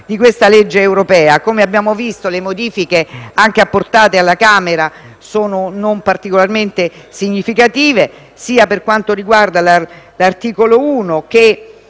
come abbiamo visto, le modifiche apportate alla Camera non sono particolarmente significative, per quanto riguarda sia l'articolo 1 che